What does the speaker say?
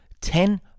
ten